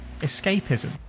escapism